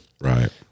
Right